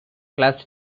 class